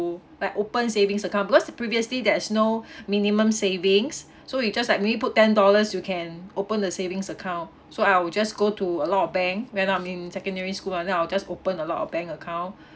like open savings account because previously there is no minimum savings so you just like maybe put ten dollars you can open the savings account so I will just go to a lot of bank when I'm in secondary school ah then I will just open a lot of bank account